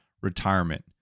retirement